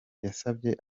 yasabye